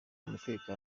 amategeko